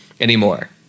anymore